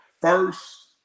first